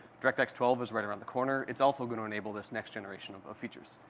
directx twelve is right around the corner. it's also going to enable this next generation of of features.